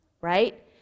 Right